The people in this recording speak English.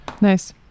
Nice